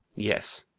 yes,